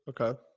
Okay